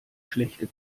schlechte